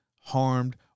harmed